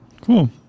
Cool